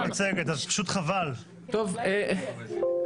פשוט תסביר בעצמך.